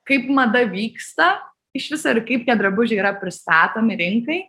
kaip mada vyksta iš viso ir kaip tie drabužiai yra pristatomi rinkai